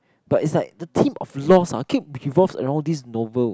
but is like the theme of loss ah keep revolves around this novel